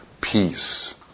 peace